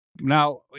Now